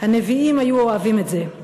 הנביאים היו אוהבים את זה.